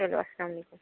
چلو اسَلام علیکُم